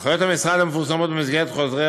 הנחיות המשרד המפורסמות במסגרת חוזר